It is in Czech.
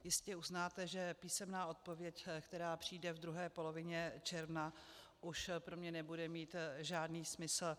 Jistě uznáte, že písemná odpověď, která přijde v druhé polovině června, už pro mě nebude mít žádný smysl.